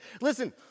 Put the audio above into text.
Listen